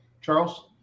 Charles